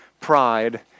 pride